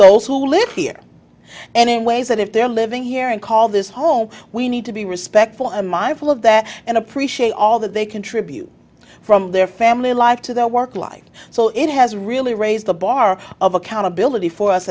those who live here and in ways that if they're living here and call this home we need to be respectful and mindful of that and appreciate all that they contribute from their family life to their work life so it has really raised the bar of accountability for us